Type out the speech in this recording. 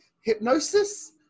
hypnosis